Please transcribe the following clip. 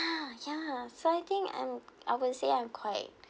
yeah so I think I'm I would say I'm quite